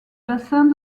bassins